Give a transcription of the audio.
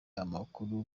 amakuru